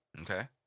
Okay